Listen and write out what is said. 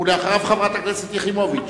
ואחריו, חברת הכנסת יחימוביץ.